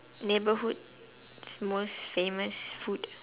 neighbourhood most famous food